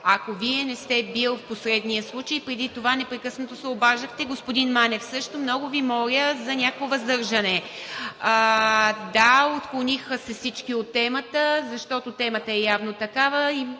Ако Вие не сте били в последния случай, преди това непрекъснато се обаждахте, господин Манев, също. Много Ви моля за някакво въздържане. Да, отклониха се всички от темата, защото темата явно е такава.